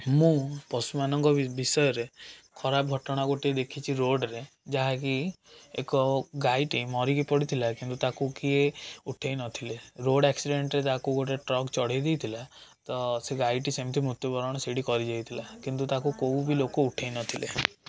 ମୁଁ ପଶୁମାନଙ୍କ ବିଷୟରେ ଖରାପ ଘଟଣା ଗୋଟେ ଦେଖିଛି ରୋଡ଼ରେ ଯାହାକି ଏକ ଗାଈଟି ମରିକି ପଡ଼ିଥିଲା କିନ୍ତୁ ତାକୁ କିଏ ଉଠାଇ ନ ଥିଲେ ରୋଡ଼ ଆକ୍ସିଡ଼େଣ୍ଟରେ ତାକୁ ଗୋଟେ ଟ୍ରକ୍ ଚଢ଼େଇ ଦେଇଥିଲା ତ ସେଇ ଗାଈଟି ସେମିତି ମୃତ୍ୟୁବରଣ ସେଇଟି କରିଯାଇଥିଲା କିନ୍ତୁ ତାକୁ କେଉଁ ବି ଲୋକ ଉଠାଇ ନ ଥିଲେ